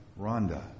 Rhonda